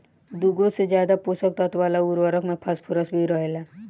दुगो से ज्यादा पोषक तत्व वाला उर्वरक में फॉस्फोरस भी रहेला